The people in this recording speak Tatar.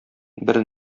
бер